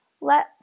let